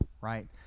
right